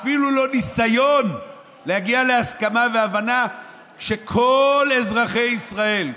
אפילו לא ניסיון להגיע להסכמה והבנה שכל אזרחי ישראל,